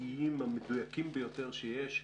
מהמראות המדויקים ביותר שיש,